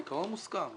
העיקרון מוסכם.